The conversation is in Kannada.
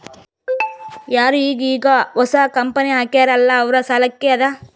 ಯಾರು ಈಗ್ ಈಗ್ ಹೊಸಾ ಕಂಪನಿ ಹಾಕ್ಯಾರ್ ಅಲ್ಲಾ ಅವ್ರ ಸಲ್ಲಾಕೆ ಅದಾ